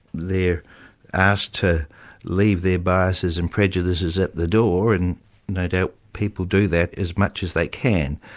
they're asked to leave their biases and prejudices at the door, and no doubt people do that as much as they can,